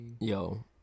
Yo